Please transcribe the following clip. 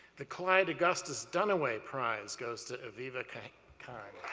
the clyde augustus duniway prize goes to eviva kahne.